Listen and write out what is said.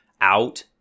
out